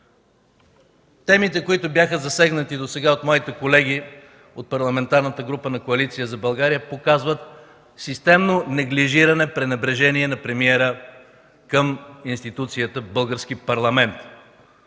Темите, които бяха засегнати досега от моите колеги от Парламентарната група на Коалиция за България, показват системно неглижиране, пренебрежение на премиера към институцията Български парламент,